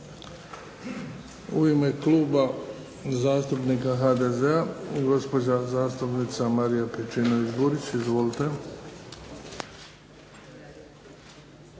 U ime Kluba zastupnika HDZ-a gospođa zastupnica Marija Pejčinović Burić. Izvolite.